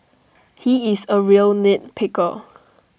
he is A real nit picker